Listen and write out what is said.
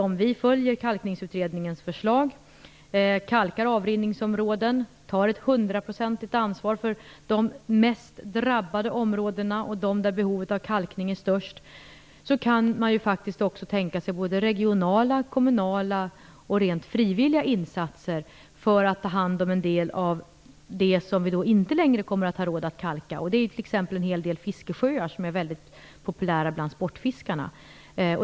Om vi följer Kalkningsutredningens förslag, kalkar avrinningsområden och tar ett hundraprocentigt ansvar för de mest drabbade områdena, de områden där behovet av kalkning är som störst, så kan man ju också tänka såväl regionala och kommunala som rent frivilliga insatser för att ta hand om en del av det som vi inte längre kommer att ha råd att kalka. Det handlar t.ex. om en hel del fiskesjöar som är väldigt populära bland sportfiskarna.